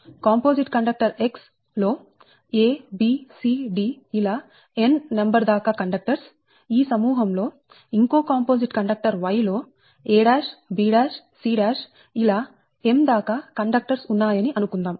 composite conductor X లో a b c d ఇలా n number దాకా కండక్టర్స్ ఈ సమూహం లో ఇంకో కాంపోజిట్ కండక్టర్ Y లో a b c ఇలా m దాకా కండక్టర్స్ ఉన్నాయని అనుకుందాం